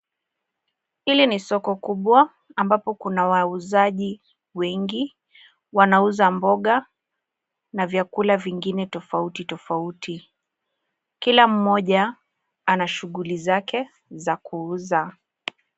Hili ni soko kubwa ambapo kuna wauzaji wengi wanauza mboga na vyakula vingine tofauti tofauti. Kila mmoja ana shughuli zake za kuuza.